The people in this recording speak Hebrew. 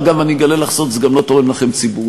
אגב, אני אגלה לך סוד, זה גם לא תורם לכם ציבורית.